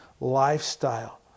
lifestyle